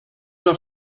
not